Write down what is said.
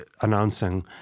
announcing